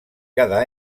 cada